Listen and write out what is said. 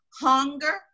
hunger